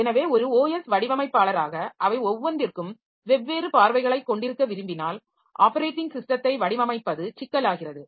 எனவே ஒரு OS வடிவமைப்பாளராக அவை ஒவ்வொன்றிற்கும் வெவ்வேறு பார்வைகளைக் கொண்டிருக்க விரும்பினால் ஆப்பரேட்டிங் ஸிஸ்டத்தை வடிவமைப்பது சிக்கலாகிறது